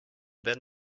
then